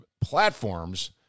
platforms